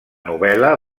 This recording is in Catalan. novel·la